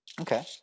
okay